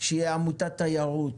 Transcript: שתהיה עמותת תיירות,